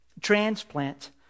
Transplant